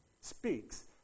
speaks